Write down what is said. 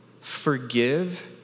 forgive